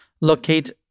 locate